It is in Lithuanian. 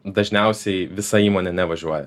dažniausiai visa įmonė nevažiuoja